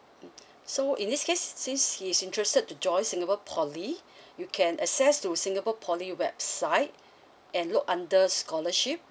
mm so in this case since he is interested to join singapore poly you can access to singapore poly website and look under scholarship